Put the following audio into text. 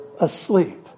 asleep